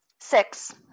six